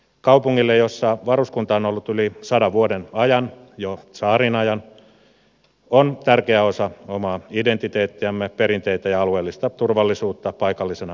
kaupungille jossa varuskunta on ollut yli sadan vuoden ajan jo tsaarinajan se on tärkeä osa omaa identiteettiämme perinteitämme ja alueellista turvallisuutta paikallisena valmiusyksikkönä